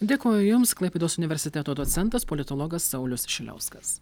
dėkoju jums klaipėdos universiteto docentas politologas saulius šiliauskas